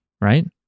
right